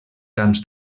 camps